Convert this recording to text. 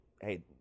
Hey